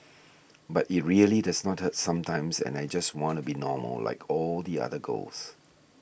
but it really does not hurt sometimes and I just wanna be normal like all the other girls